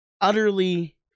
utterly